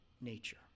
nature